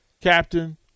Captain